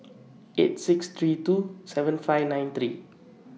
eight six three two seven five nine three